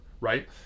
right